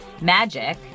magic